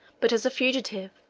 but as a fugitive,